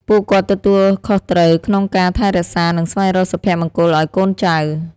ពួកគាត់ទទួលខុសត្រូវក្នុងការថែរក្សា និងស្វែងរកសុភមង្គលឱ្យកូនចៅ។